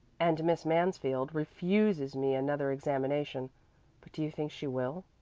and miss mansfield refuses me another examination but do you think she will?